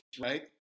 right